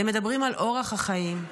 הם מדברים על אורח החיים.